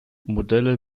modelle